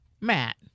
Matt